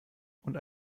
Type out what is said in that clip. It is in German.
und